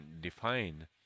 define